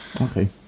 Okay